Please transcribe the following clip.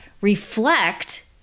reflect